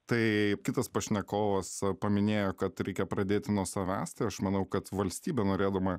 tai kitas pašnekovas paminėjo kad reikia pradėti nuo savęs tai aš manau kad valstybė norėdama